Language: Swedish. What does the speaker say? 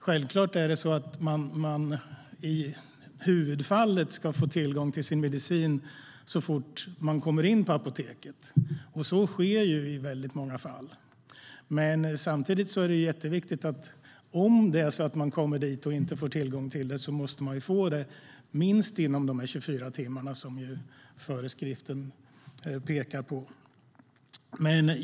Självklart ska man i flertalet fall få tillgång till sin medicin så fort man kommer in på apoteket, och så sker i väldigt många fall. Samtidigt är det jätteviktigt att om man kommer till ett apotek och inte där kan få sin medicin måste man få den inom de föreskrivna 24 timmarna.